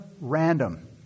random